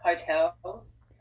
hotels